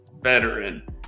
veteran